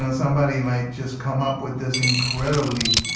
ah somebody might just come up with this incredibly